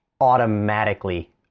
automatically